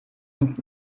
und